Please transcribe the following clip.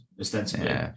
ostensibly